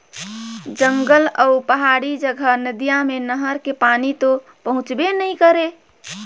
जंगल अउ पहाड़ी जघा नदिया मे नहर के पानी तो पहुंचबे नइ करय